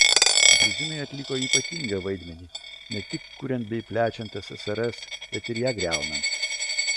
gruzinai atliko ypatingą vaidmenį ne tik kuriant bei plečiant ssrs bet ir ją griaunant